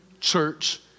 church